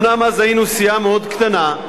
אומנם אז היינו סיעה מאוד קטנה,